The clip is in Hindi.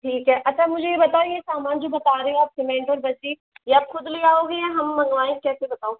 ठीक है अच्छा मुझे ये बाताओ ये समान जो बता रहे हो आप सिमेन्ट और बजरी ये आप खुद ले आओगे या हम मँगवाए कैसे बताओ